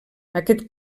aquest